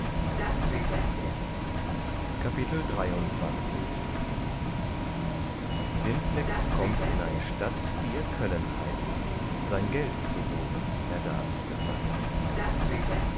simplex kommt in ein stadt die er köllen heißt sein geld zu holen er da sich befleißt